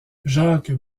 jacques